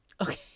Okay